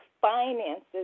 finances